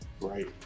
Right